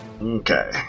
Okay